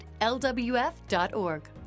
lwf.org